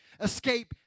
escape